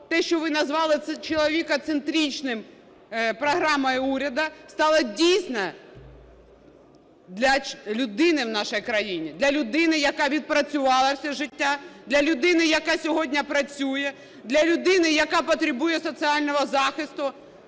те, що ви назвали человекоцентричной програмою уряду, стало дійсно для людини в нашій країні, для людини, яка відпрацювала все життя, для людини, яка сьогодні працює, для людини, яка потребує соціального захисту.